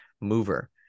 mover